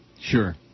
Sure